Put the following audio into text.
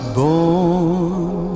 born